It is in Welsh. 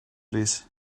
plîs